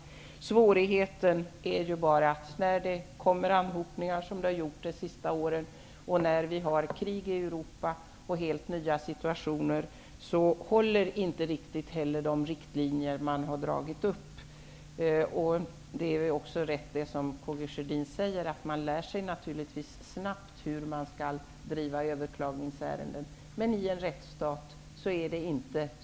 Men svårigheter uppstår när det blir anhopningar -- och så har det varit under de senaste åren -- samt när vi har krig och helt nya situationer i Europa. Då håller inte riktigt de riktlinjer som har dragits upp. Som Karl Gustaf Sjödin säger lär man sig naturligtvis snabbt hur överklagningsärenden skall drivas. Men i en rättsstat är det inte så enkelt att göra något åt den saken.